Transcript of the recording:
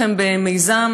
אין?